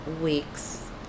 Weeks